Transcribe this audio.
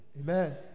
Amen